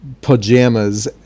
pajamas